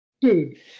dude